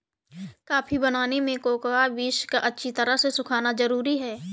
coffee बनाने में cocoa बीज का अच्छी तरह सुखना जरूरी है